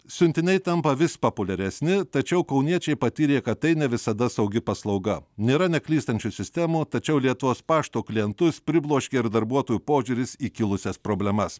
siuntiniai tampa vis populiaresni tačiau kauniečiai patyrė kad tai ne visada saugi paslauga nėra neklystančių sistemų tačiau lietuvos pašto klientus pribloškė darbuotojų požiūris į kilusias problemas